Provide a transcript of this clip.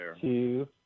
two